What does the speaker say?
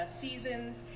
seasons